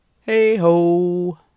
Hey-ho